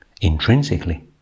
intrinsically